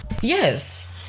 yes